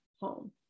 home